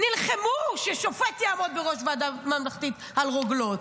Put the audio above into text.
נלחמו ששופט יעמוד בראש ועדת חקירה ממלכתית על רוגלות,